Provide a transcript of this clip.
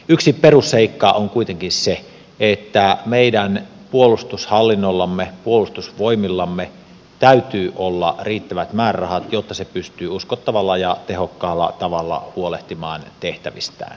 yksi perusseikka on kuitenkin se että meidän puolustushallinnollamme puolustusvoimillamme täytyy olla riittävät määrärahat jotta ne pystyvät uskottavalla ja tehokkaalla tavalla huolehtimaan tehtävistään